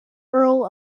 earl